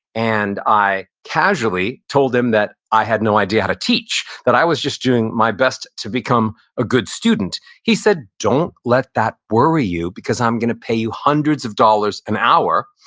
and i casually told him that i had no idea how to teach, that i was just doing my best to become a good student. he said, don't let that worry you because i'm going to pay you hundreds of dollars an hour,